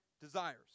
desires